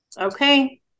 Okay